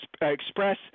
express